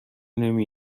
نمی